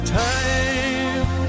time